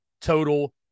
total